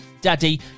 Daddy